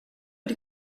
die